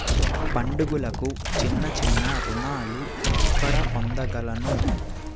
పండుగలకు చిన్న చిన్న రుణాలు ఎక్కడ పొందగలను?